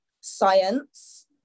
science